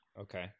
Okay